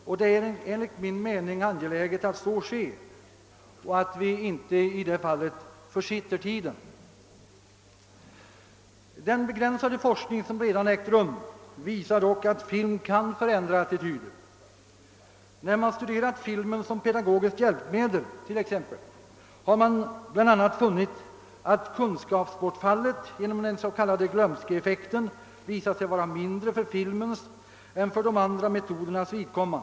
Enligt min mening är det angeläget att så sker och att vi i det fallet inte försitter tiden. Den begränsade forskning som redan ägt rum visar dock att film kan förändra attityder. När man studerat filmen som pedagogiskt hjälpmedel har man bl.a. funnit att kunskapsbortfallet genom den s.k. glömskeeffekten visat sig vara mindre för filmens än för de andra metodernas vidkommande.